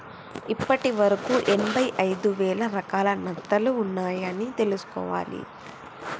ఇప్పటి వరకు ఎనభై ఐదు వేల రకాల నత్తలు ఉన్నాయ్ అని తెలుసుకోవాలి